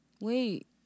Wait